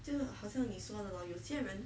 真的好像你说的 lor 有些人